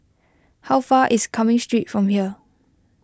how far away is Cumming Street from here